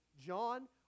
John